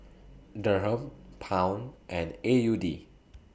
Dirham Pound and A U D